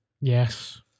Yes